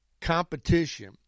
competition